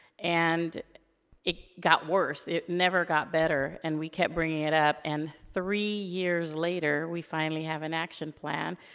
and it got worse, it never got better. and we kept bringing it up, and three years later, we finally have an action plan.